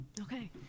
Okay